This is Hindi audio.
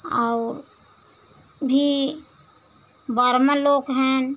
और भी ब्राह्मण लोग हैं